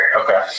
okay